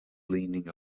leaning